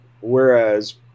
Whereas